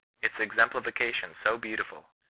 its exemplification so beautiful,